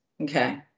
okay